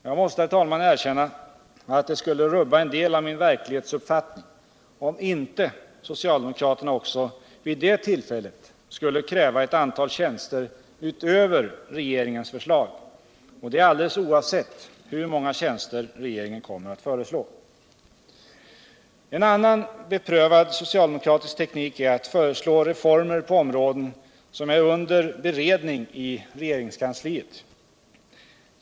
Jag måste, herr talman, erkänna att det skulle rubba en del av min verklighetsuppfattning, om inte socialdemokraterna också vid det tillfället skulle kräva ett antal tjänster utöver regeringens förslag — och det alldeles oavsett hur många tjänster regeringen kommer att föreslå. En annan beprövad socialdemokratisk teknik är att föreslå reformer på områden som är under beredning i regeringskanstiet.